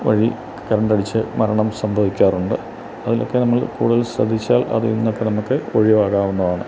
വഴി കറണ്ട് അടിച്ച് മരണം സംഭവിക്കാറുണ്ട് അതിലൊക്കെ നമ്മള് കൂടുതല് ശ്രദ്ധിച്ചാൽ അതിൽ നിന്നൊക്കെ നമ്മള്ക്ക് ഒഴിവാകാവുന്നതാണ്